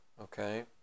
okay